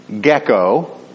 gecko